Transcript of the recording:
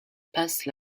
passe